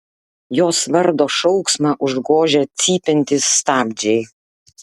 jos vardo šauksmą užgožia cypiantys stabdžiai